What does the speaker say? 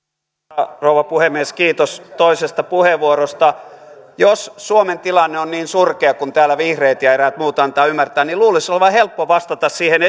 arvoisa rouva puhemies kiitos toisesta puheenvuorosta jos suomen tilanne on niin surkea kuin täällä vihreät ja eräät muut antavat ymmärtää niin luulisi olevan helppo vastata siihen